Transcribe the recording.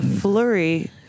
flurry